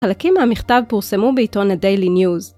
חלקים מהמכתב פורסמו בעיתון הדיילי ניוז.